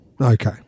Okay